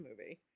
movie